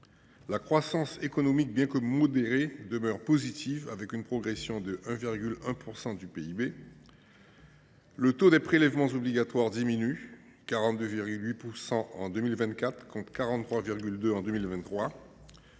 La croissance économique, bien que modérée, demeure positive, avec une progression de 1,1 % du PIB. Le taux des prélèvements obligatoires diminue : 42,8 % en 2024 contre 43,2 % en 2023.